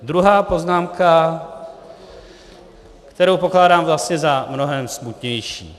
Druhá poznámka, kterou pokládám vlastně za mnohem smutnější.